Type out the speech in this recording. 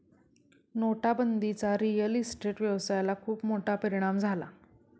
नोटाबंदीचा real estate व्यवसायाला खूप मोठा परिणाम झाला